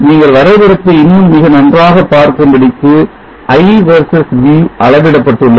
நீங்கள் வரைபடத்தை இன்னும் மிக நன்றாக பார்க்கும்படிக்கு i versus v அளவிடப்பட்டுள்ளது